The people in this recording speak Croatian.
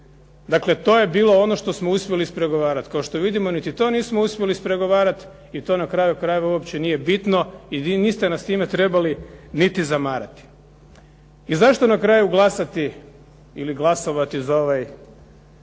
Dakle, to je bilo ono što smo uspjeli ispregovarati. Kao što vidimo niti to nismo uspjeli ispregovarati i to na kraju krajeva uopće nije bitno i niste nas time trebali niti zamarati. I zašto na kraju glasati ili glasovati za ovaj